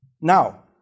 Now